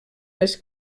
les